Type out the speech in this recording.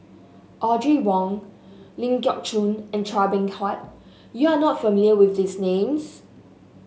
Audrey Wong Ling Geok Choon and Chua Beng Huat you are not familiar with these names